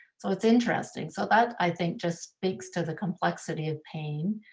so it's interesting, so that i think just speaks to the complexity of pain,